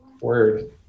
Word